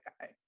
guy